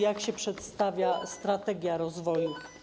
Jak się przedstawia strategia rozwoju?